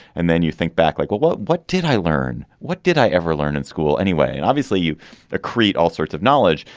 and then you think back like, well, well, what did i learn? what did i ever learn in school anyway? and obviously, you ah create all sorts of knowledge.